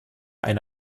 eine